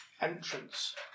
entrance